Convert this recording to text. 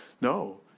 No